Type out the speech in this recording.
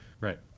Right